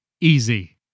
easy